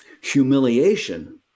Humiliation